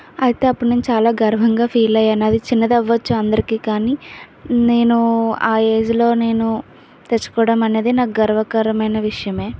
అయితే అప్పుడు నేను చాలా గర్వంగా ఫీల్ అయ్యాను అది చిన్నది అవ్వచ్చు అందరికి కానీ నేను ఆ ఏజ్లో నేను తెచ్చుకోవడం అనేది నాకు గర్వకారణమైన విషయం